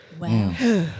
Wow